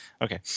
Okay